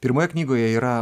pirmoje knygoje yra